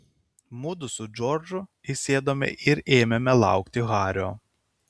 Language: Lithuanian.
mudu su džordžu įsėdome ir ėmėme laukti hario